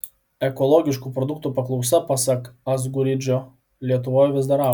ekologiškų produktų paklausa pasak azguridžio lietuvoje vis dar auga